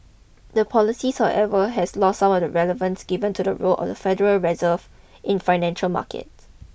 the policies however has lost some of the relevance given to the role of the Federal Reserve in financial markets